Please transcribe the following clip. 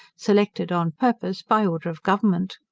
selected on purpose by order of government.